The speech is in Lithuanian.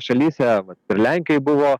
šalyse vat ir lenkijoj buvo